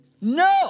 No